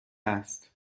است